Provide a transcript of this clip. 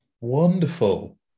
Wonderful